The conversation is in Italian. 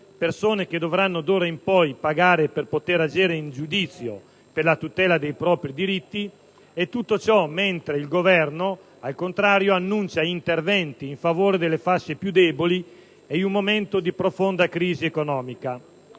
persone che d'ora in poi dovranno pagare per poter agire in giudizio per la tutela dei propri diritti. Tutto ciò si manifesta mentre il Governo, al contrario, annuncia interventi in favore delle fasce più deboli e in un momento di profonda crisi economica